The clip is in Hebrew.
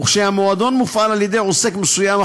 וכשהמועדון מופעל על ידי עוסק מסוים,